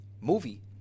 movie